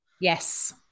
Yes